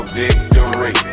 victory